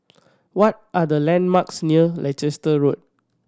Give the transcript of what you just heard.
what are the landmarks near Leicester Road